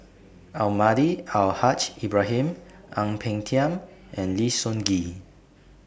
Almahdi Al Haj Ibrahim Ang Peng Tiam and Lim Sun Gee